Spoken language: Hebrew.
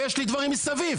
ויש לי דברים מסביב.